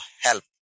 help